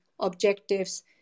objectives